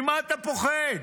ממה אתה פוחד?